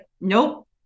nope